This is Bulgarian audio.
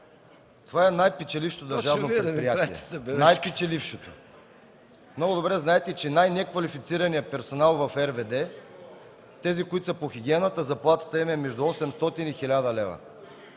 Това е най-печелившото държавно предприятие. Много добре знаете, че на най-неквалифицирания персонал в РВД – тези, които са по хигиената, заплатите им са между 800 и 1000 лева.